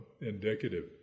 indicative